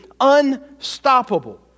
unstoppable